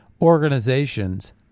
organizations